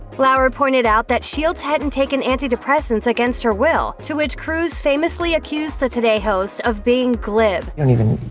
lauer pointed out that shields hadn't taken antidepressants against her will, to which cruise famously accused the today host of being glib. you don't even,